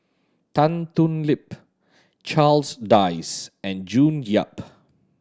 Tan Thoon Lip Charles Dyce and June Yap